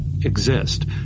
exist